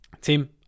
Team